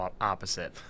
opposite